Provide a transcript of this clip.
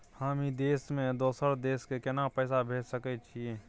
हम ई देश से दोसर देश केना पैसा भेज सके छिए?